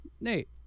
Nate